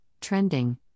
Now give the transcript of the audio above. trending